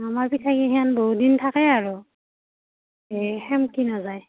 আমাৰ পিঠাকিখেন বহুতদিন থাকে আৰু এই সেমকি নাযায়